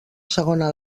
segona